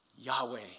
Yahweh